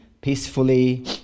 peacefully